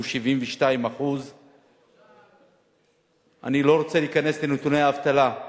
שהוא 72%. אני לא רוצה להיכנס לנתוני האבטלה,